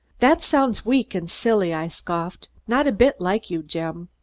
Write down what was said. that sounds weak and silly, i scoffed not a bit like you, jim.